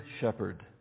shepherd